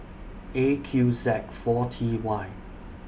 A Q Z four T Y